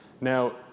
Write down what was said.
Now